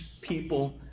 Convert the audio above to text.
people